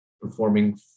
performing